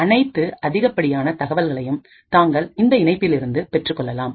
அனைத்து அதிகப்படியான தகவல்களையும் தாங்கள் இந்த இணைப்பிலிருந்து பெற்றுக்கொள்ளலாம்